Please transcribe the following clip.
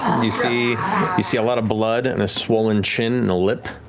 you see you see a lot of blood and a swollen chin and a lip.